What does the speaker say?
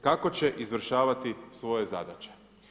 Kako će izvršavati svoje zadaće.